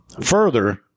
Further